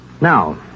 Now